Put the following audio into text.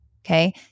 Okay